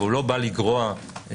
אך לא בא לגרוע מהקיים.